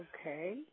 Okay